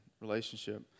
relationship